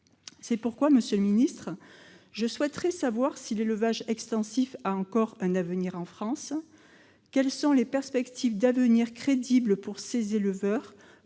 C'est pourquoi, monsieur le ministre, je souhaiterais savoir si l'élevage extensif a encore un avenir en France. Quelles sont les perspectives d'avenir crédibles pour ces éleveurs,